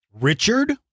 Richard